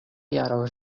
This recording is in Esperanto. jaro